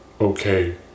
okay